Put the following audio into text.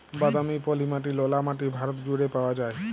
বাদামি, পলি মাটি, ললা মাটি ভারত জুইড়ে পাউয়া যায়